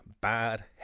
bad